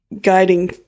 guiding